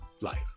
life